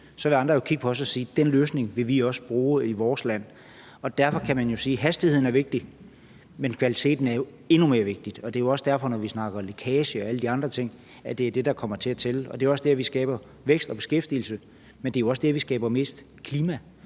vil andre jo kigge på os og sige, at den løsning vil de også bruge i deres land. Derfor kan man jo sige, at hastigheden er vigtig, men kvaliteten er endnu mere vigtig. Og det er også derfor, at når vi snakker lækage og alle de andre ting, er det det, der kommer til at tælle. Det er der, vi skaber vækst og beskæftigelse, men det er jo også der, vi skaber mest for